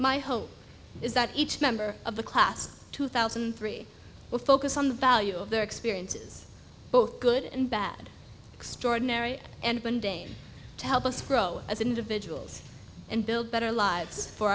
my hope is that each member of the class two thousand and three will focus on the value of their experiences both good and bad extraordinary and mundane to help us grow as individuals and build better lives for